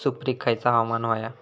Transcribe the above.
सुपरिक खयचा हवामान होया?